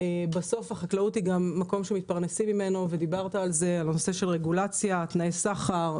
בסוף החקלאות היא פרנסה ולכן זה מצריך שינויים